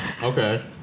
Okay